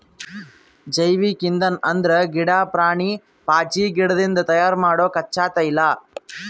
ಜೈವಿಕ್ ಇಂಧನ್ ಅಂದ್ರ ಗಿಡಾ, ಪ್ರಾಣಿ, ಪಾಚಿಗಿಡದಿಂದ್ ತಯಾರ್ ಮಾಡೊ ಕಚ್ಚಾ ತೈಲ